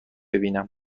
بیینم